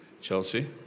Chelsea